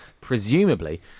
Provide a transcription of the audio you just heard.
presumably